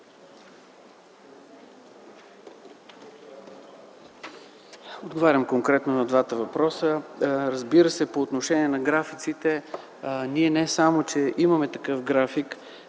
Отговарям конкретно на двата въпроса. Разбира се, по отношение на графиците, ние не само, че имаме такъв график,